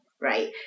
right